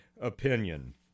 opinion